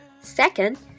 Second